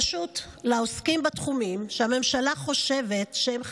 פשוט לעוסקים בתחומים שהממשלה חושבת שהם חשובים,